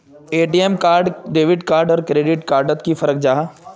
ATM card debit card आर credit card डोट की फरक जाहा?